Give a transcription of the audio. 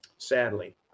Sadly